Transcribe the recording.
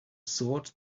sword